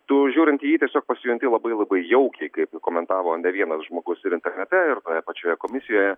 tu žiūrint į jį tiesiog pasijunti labai labai jaukiai kaip ir komentavo ne vienas žmogus ir internete ir toje pačioje komisijoje